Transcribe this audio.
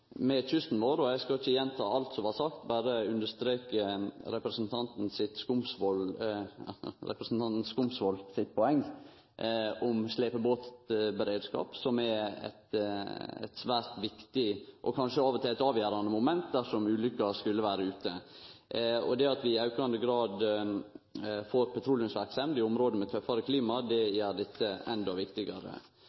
kysten vår. Eg skal ikkje gjenta alt som er sagt, berre understreke representanten Skumsvoll sitt poeng, om slepebåtberedskapen, som er eit svært viktig og kanskje av og til eit avgjerande moment dersom ulykka skulle vere ute. Det at vi i aukande grad får petroleumsverksemd i område med tøffare klima, gjer dette endå viktigare. Til slutt er det